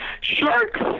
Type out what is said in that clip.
sharks